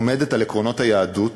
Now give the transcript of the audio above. עומדת על עקרונות היהדות